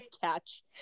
catch